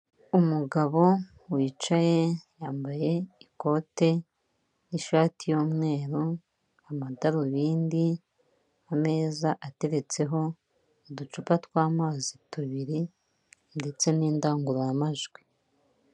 Umugabo wicaye yambaye ikote, ishati yumweru, amadarubindi, ameza ateretseho uducupa twamazi tubiri, ndetse n'indangururamajwi.